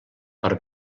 per